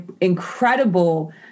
incredible